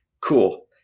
cool